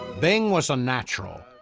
bing was a natural.